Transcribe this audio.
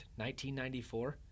1994